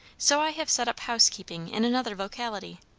so i have set up housekeeping in another locality.